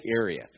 area